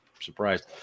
surprised